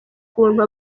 kuntu